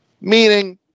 Meaning